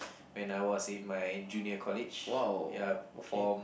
when I was in my junior college ya perform